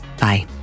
Bye